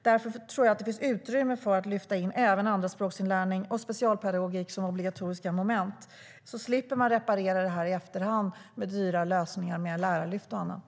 Därför tror jag att det finns utrymme för att lyfta in även andraspråksinlärning och specialpedagogik som obligatoriska moment. Då slipper man reparera det här i efterhand med dyra lösningar som lärarlyft och annat.